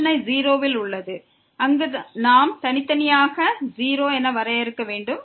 பிரச்சனை 0 இல் உள்ளது அங்கு நாம் தனித்தனியாக 0 என வரையறுக்க வேண்டும்